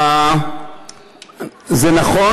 זה נכון